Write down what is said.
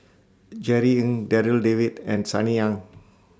Jerry Ng Darryl David and Sunny Ang